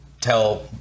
tell